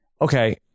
Okay